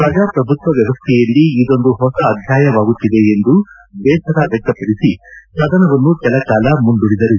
ಪ್ರಜಾಪ್ರಭುತ್ವ ವ್ಯವಸ್ಥೆಯಲ್ಲಿ ಇದೊಂದು ಹೊಸ ಅಧ್ಯಾಯವಾಗುತ್ತಿದೆ ಎಂದು ಬೇಸರ ವ್ಯಕ್ತಪಡಿಸಿ ಸದನವನ್ನು ಕೆಲ ಕಾಲ ಮುಂದೂಡಿದರು